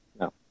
No